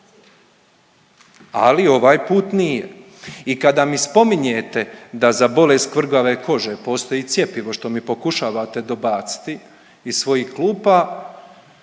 ali ovaj put nije. I kada mi spominjete da za bolest kvrgave kože postoji cjepivo što mi pokušavate dobaciti iz svojih klupa